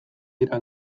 dira